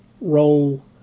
role